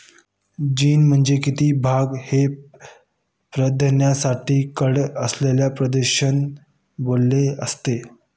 जीनोमचा किती भाग हा प्रथिनांसाठी कोड असलेल्या प्रदेशांनी बनलेला असतो?